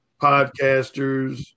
podcasters